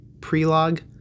pre-log